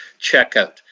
checkout